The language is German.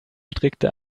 strickte